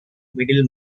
middle